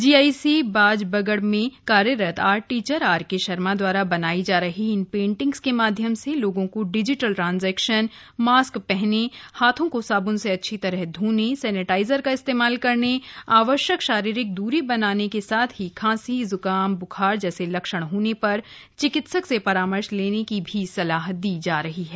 GIC Bajbagad में कार्यरत art teacher RK Sharma द्वारा बनाई जा रही इन पेन्टिंग के माध्यम से लोगों को डिजिटल ट्रॉन्जेक्शन मास्क पहने हाथों को साबुन से अच्छी तरह धोने सैनेटाइजर का इस्तेमाल करने आवश्यक शारीरिक दूरी बनाने के साथ ही खांसी जुकाम बुखार जैसे लक्षण होने पर चिकित्सक से परामर्श लेने की सलाह दी जा रही है